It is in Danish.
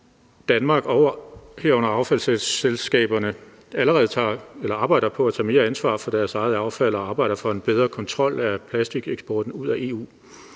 Danmark og herunder affaldsselskaberne allerede arbejder på at tage mere ansvar for deres eget affald og arbejder for en bedre kontrol af plastikeksporten ud af EU.